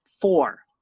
four